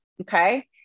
okay